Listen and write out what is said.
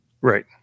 Right